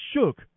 shook